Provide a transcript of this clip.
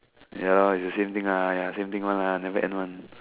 ya lor it's the same thing ah ya same thing one lah never end one